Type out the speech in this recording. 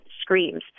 screams